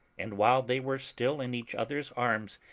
and while they were still in each other's arms,